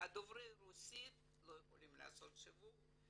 שדוברי רוסית לא יכולים לעשות שיווק.